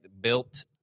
built